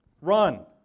Run